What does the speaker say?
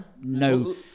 no